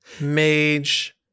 mage